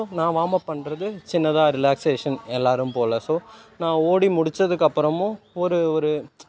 so நான் warm up பண்ணுறது சின்னதாக ரிலாக்சேஷன் எல்லோரும் போல் ஸோ நான் ஓடி முடிச்சதுக்கு அப்புறமும் ஒரு ஒரு